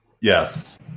Yes